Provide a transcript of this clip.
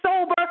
sober